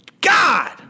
god